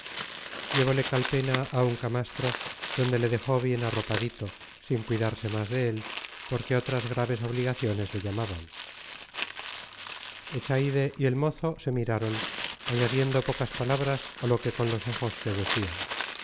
cura llevole calpena a un camastro donde le dejó bien arropadito sin cuidarse más de él porque otras graves obligaciones le llamaban echaide y el mozo se miraron añadiendo pocas palabras a lo que con los ojos se decían